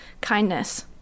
kindness